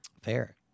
Fair